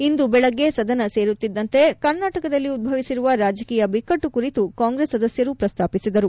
ಇಂದು ಬೆಳಗ್ಗೆ ಸದನ ಸೇರುತ್ತಿದ್ದಂತೆ ಕರ್ನಾಟಕದಲ್ಲಿ ಉಧ್ವಿಸಿರುವ ರಾಜಕೀಯ ಬಿಕ್ಕಟ್ಲು ಕುರಿತು ಕಾಂಗ್ರೆಸ್ ಸದಸ್ನರು ಶ್ರಸ್ತಾಪಿಸಿದರು